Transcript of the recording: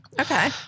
Okay